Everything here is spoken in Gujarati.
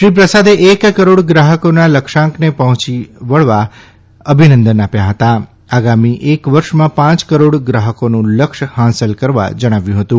શ્રી પ્રસાદે એક કરોડહકોના લક્ષ્યાંકને પહોંચવા બદલ અભિનંદન આપ્યા અને આગામી એક વર્ષમાં પાંચ કરોડ ગ્રાહકોનું લક્ષ્ય હાંસલ કરવા જણાવ્યું હતું